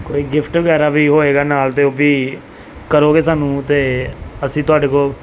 ਕੋਈ ਗਿਫਟ ਵਗੈਰਾ ਵੀ ਹੋਵੇਗਾ ਨਾਲ ਤਾਂ ਉਹ ਵੀ ਕਰੋਗੇ ਸਾਨੂੰ ਤਾਂ ਅਸੀਂ ਤੁਹਾਡੇ ਕੋਲ